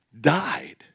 died